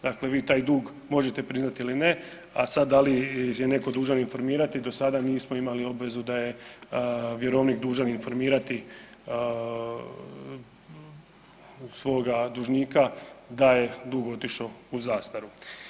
Dakle, vi taj dug možete priznati ili ne, a sad da li je netko dužan informirati do sada nismo imali obvezu da je vjerovnik dužan informirati svoga dužnika da je dug otišao u zastaru.